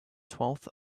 twelfth